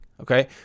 Okay